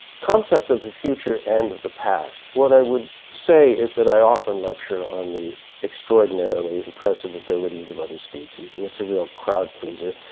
concept of the future and of the past. what i would say is that i often lecture on the extraordinarily impressive abilities of other species, and it's a real crowdpleaser,